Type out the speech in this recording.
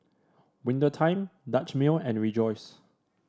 Winter Time Dutch Mill and Rejoice